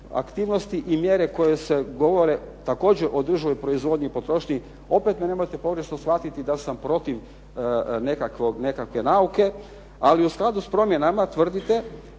aktivnosti i mjere koje se govore također o održivoj proizvodnji i potrošnji, opet me nemojte pogrešno shvatiti da sam protiv nekakve nauke. Ali u skladu s promjenama tvrdite